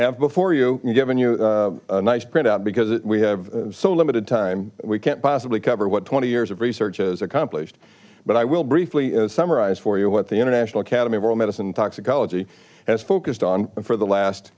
have before you and given you a nice print out because we have so limited time we can't possibly cover what twenty years of research has accomplished but i will briefly summarize for you what the international cademy of all medicine toxicology has focused on for the last